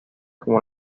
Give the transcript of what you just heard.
como